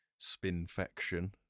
Spinfection